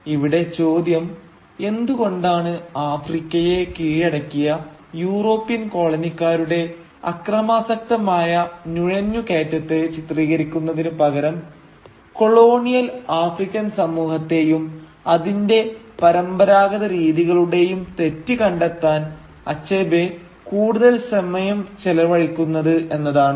ഇവിടെ ചോദ്യം എന്തുകൊണ്ടാണ് ആഫ്രിക്കയെ കീഴടക്കിയ യൂറോപ്യൻ കോളനിക്കാരുടെ അക്രമാസക്തമായ നുഴഞ്ഞു കയറ്റത്തെ ചിത്രീകരിക്കുന്നതിന് പകരം കൊളോണിയൽ ആഫ്രിക്കൻ സമൂഹത്തെയും അതിന്റെ പരമ്പരാഗത രീതികളുടെയും തെറ്റ് കണ്ടെത്താൻ അച്ഛബേ കൂടുതൽ സമയം ചെലവഴിക്കുന്നത് എന്നതാണ്